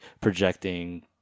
projecting